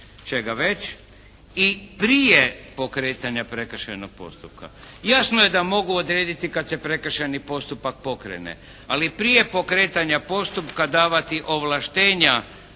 i prije pokretanja prekršajnog postupka. Jasno je da mogu odrediti kad se prekršajni postupak pokrene. Ali prije pokretanja postupka davati ovlaštenja